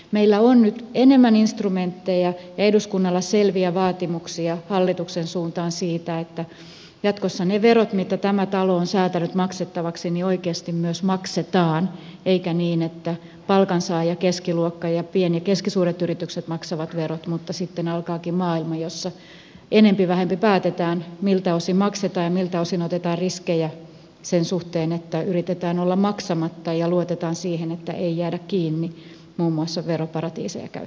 meillä on nyt enemmän instrumentteja ja eduskunnalla selviä vaatimuksia hallituksen suuntaan siitä että jatkossa ne verot jotka tämä talo on säätänyt maksettaviksi oikeasti myös maksetaan eikä niin että palkansaaja keskiluokka ja pienet ja keskisuuret yritykset maksavat verot mutta sitten alkaakin maailma jossa enempi vähempi päätetään miltä osin maksetaan ja miltä osin otetaan riskejä sen suhteen että yritetään olla maksamatta ja luotetaan siihen että ei jäädä kiinni muun muassa veroparatiiseja käyttäen